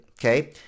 Okay